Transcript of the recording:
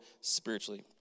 spiritually